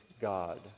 God